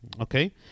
okay